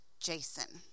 Jason